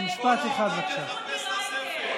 כל העולם מחפש את הספר.